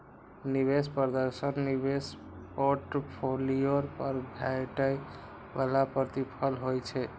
निवेश प्रदर्शन निवेश पोर्टफोलियो पर भेटै बला प्रतिफल होइ छै